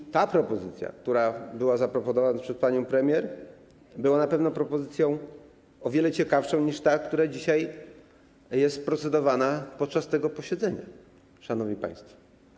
I ta propozycja, która była zaproponowana przez panią premier, była na pewno propozycją o wiele ciekawszą niż ta, nad którą dzisiaj procedujemy podczas tego posiedzenia, szanowni państwo.